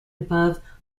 above